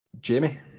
Jamie